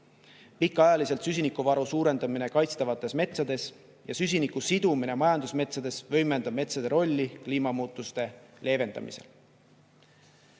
Pikaajaliselt süsinikuvaru suurendamine kaitstavates metsades ja süsiniku sidumine majandusmetsades võimendab metsade rolli kliimamuutuste leevendamisel. Metsandus